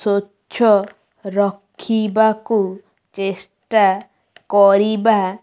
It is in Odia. ସ୍ୱଚ୍ଛ ରଖିବାକୁ ଚେଷ୍ଟା କରିବା